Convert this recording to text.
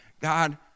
God